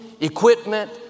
equipment